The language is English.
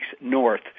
North